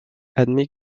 admis